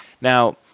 Now